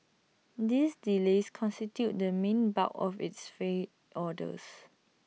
these delays constituted the main bulk of its failed orders